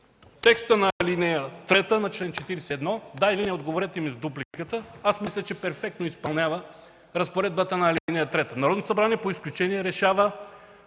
текста на ал. 3 на чл. 41? Да или не – отговорете ми с дупликата. Аз мисля, че перфектно изпълнява разпоредбата на ал. 3. Народното събрание по изключение решава